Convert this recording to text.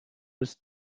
was